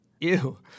ew